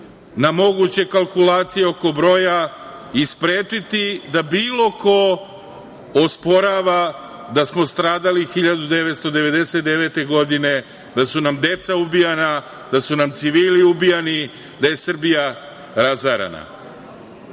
na moguće kalkulacije oko broja i sprečiti da bilo ko osporava da smo stradali 1999. godine, da su nam deca ubijana, da su nam civili ubijani, da je Srbija razarana. Poštovane